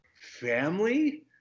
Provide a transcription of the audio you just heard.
family